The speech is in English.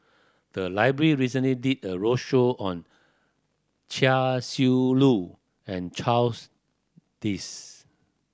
the library recently did a roadshow on Chia Shi Lu and Charles Dyce